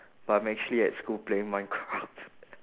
but I'm actually at school playing minecraft